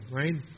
right